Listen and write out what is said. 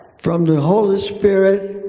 from the holy spirit